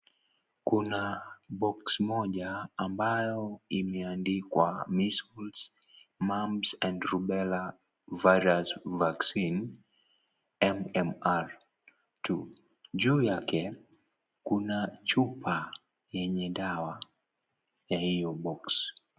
Kuna box moja ambayo imeandikwa Measles, Mumps and Rubella virus vaccine , MMR, juu yake kuna chupa yenye dawa ya hiyo box .